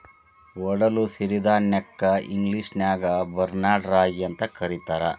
ಒಡಲು ಸಿರಿಧಾನ್ಯಕ್ಕ ಇಂಗ್ಲೇಷನ್ಯಾಗ ಬಾರ್ನ್ಯಾರ್ಡ್ ರಾಗಿ ಅಂತ ಕರೇತಾರ